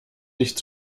nicht